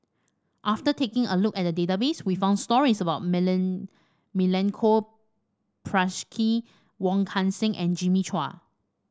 after taking a look at the database we found stories about Milenko Prvacki Wong Kan Seng and Jimmy Chua